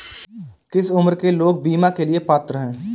किस उम्र के लोग बीमा के लिए पात्र हैं?